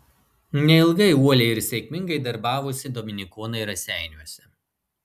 neilgai uoliai ir sėkmingai darbavosi dominikonai raseiniuose